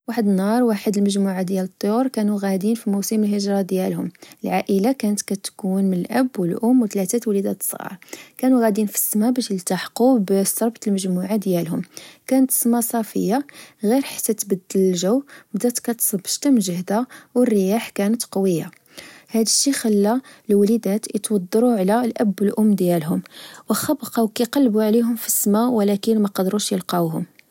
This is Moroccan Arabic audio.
واحد النهار، واحد المجموعة ديال الطيور كانو غادين في موسم الهجرة ديالهم، العائلة كانت كتكون من الأب، و الأم ، و تلاتة الوليدات صغار. كانو غادين في السما باش يلتاحقو بالسرب المجموعة ديالهم، كانت السما صافية، غير حتى تبدل الجو، بدات كتصب الشتا مجهدا، و الرياح كانت قوية، هدشي خلا الوليدات إتوضرو على الأب و الأم ديالهم، وخا بقاو كقلبو عليهم في السما، ولكن مقدروش يلقاوهم